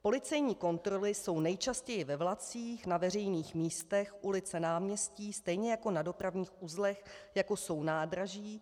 Policejní kontroly jsou nejčastěji ve vlacích, na veřejných místech, ulice, náměstí, stejně jako na dopravních uzlech, jako jsou nádraží.